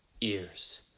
ears